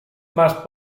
más